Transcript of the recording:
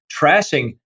trashing